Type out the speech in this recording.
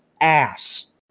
ass